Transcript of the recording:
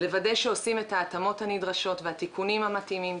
לוודא שעושים את ההתאמות הנדרשות והתיקונים המתאימים